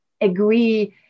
agree